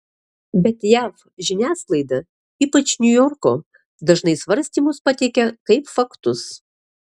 bet jav žiniasklaida ypač niujorko dažnai svarstymus pateikia kaip faktus